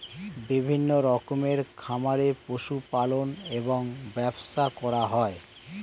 বিভিন্ন রকমের খামারে পশু পালন এবং ব্যবসা করা হয়